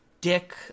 dick